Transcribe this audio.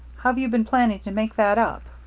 how've you been planning to make that up?